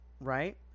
right